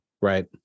Right